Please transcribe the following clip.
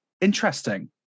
interesting